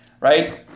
Right